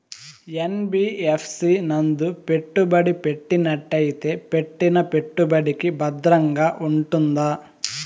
NBFC నందు పెట్టుబడి పెట్టినట్టయితే పెట్టిన పెట్టుబడికి భద్రంగా ఉంటుందా?